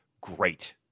great